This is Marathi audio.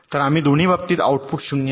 तर दोन्ही बाबतीत आउटपुट 0 आहे